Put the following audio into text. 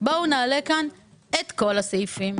בואו נעלה כאן את כל הסעיפים.